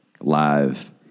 live